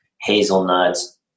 hazelnuts